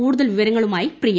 കൂടുതൽ വിവരങ്ങളുമായി പ്രിയ